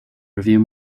review